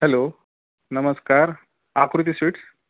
hello नमस्कार Aakruti sweets